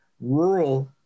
rural